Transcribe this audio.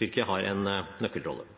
Tyrkia har en nøkkelrolle.